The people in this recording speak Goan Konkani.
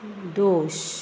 दोश